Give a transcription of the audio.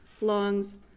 lungs